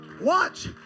Watch